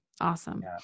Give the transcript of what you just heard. awesome